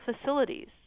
facilities